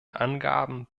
angaben